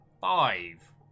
Five